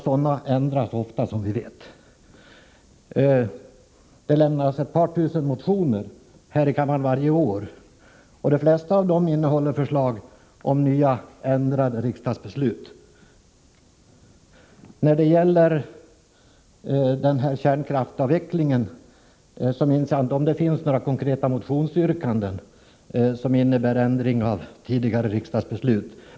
Sådana ändras ofta som vi vet. Det väcks ett par tusen motioner i denna kammare varje år, och de flesta av dem innehåller förslag om ändring av tidigare riksdagsbeslut. Jag minns inte om det beträffande kärnkraftens avveckling finns några konkreta motionsyrkanden om ändring av tidigare riksdagsbeslut.